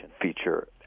feature